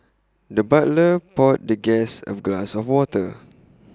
the butler poured the guest A glass of water